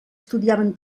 estudiaven